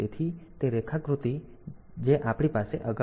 તેથી આ તે રેખાકૃતિ છે જે આપણી પાસે અગાઉ હતી